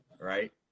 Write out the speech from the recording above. Right